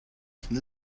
from